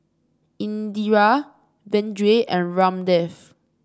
Indira Vedre and Ramdev